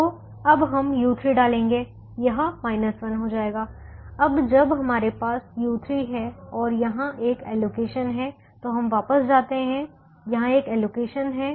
तो अब हम u3 डालेंगे यह 1 हो जाएगा अब जब हमारे पास u3 है और यहाँ एक एलोकेशन है तो हम वापस जाते हैं यहाँ एक एलोकेशन है